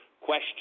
Question